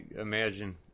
imagine